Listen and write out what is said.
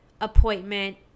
appointment